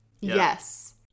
Yes